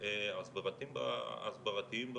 של הסברה ברוסית